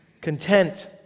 content